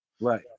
right